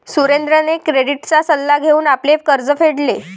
सुरेंद्रने क्रेडिटचा सल्ला घेऊन आपले कर्ज फेडले